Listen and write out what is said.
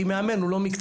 כי מאמן זה לא מקצוע.